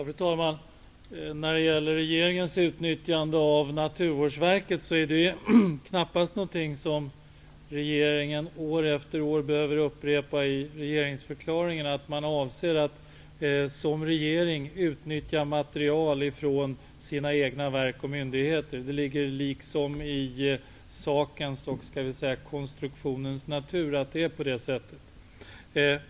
Fru talman! Regeringen behöver knappast år efter år upprepa i regeringsförklaringen att den avser att utnyttja material från sina egna verk och myndigheter; det ligger i sakens och konstruktionens natur att det är på det sättet.